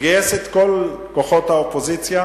גייס את כל כוחות האופוזיציה,